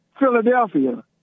Philadelphia